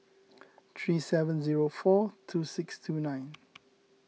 three seven zero four two six two nine